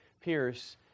Pierce